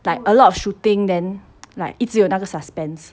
like a lot of shooting then like 一直有那个 suspense